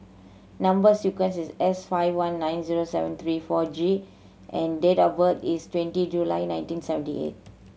number sequence is S five one nine zero seven three four G and date of birth is twenty July nineteen seventy eight